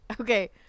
Okay